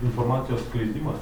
informacijos skleidimas